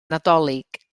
nadolig